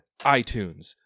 iTunes